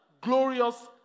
glorious